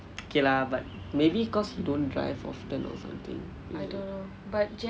okay lah but maybe cause he don't drive often or something